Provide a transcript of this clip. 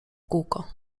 kółko